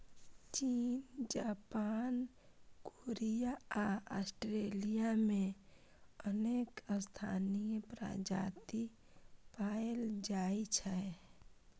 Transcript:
चीन, Japan, Korea आ Australia मे अनेक स्थानीय प्रजाति पाएल जाइ छै